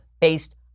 based